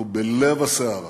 אנחנו בלב הסערה.